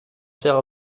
faire